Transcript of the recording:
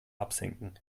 absenken